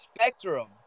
spectrum